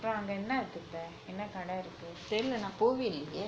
அப்பறோம் அங்க என்ன இருக்கு இப்ப என்ன கடை இருக்கு:apparom anga enna irukku ippa enna kadai irukku